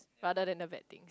rather than the bad thing